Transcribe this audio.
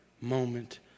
moment